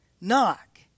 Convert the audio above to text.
Knock